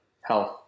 health